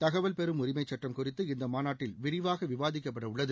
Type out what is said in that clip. தகவல் பெறும் உரிமை சுட்டம் குறித்து இந்த மாநாட்டில் விரிவாக விவாதிக்கப்பட உள்ளது